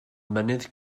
mynydd